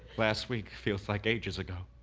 last week feels like ages ago